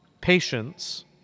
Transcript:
patience